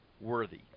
worthy